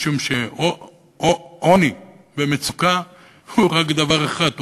משום שעוני ומצוקה הם רק דבר אחד,